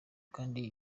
kandi